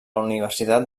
universitat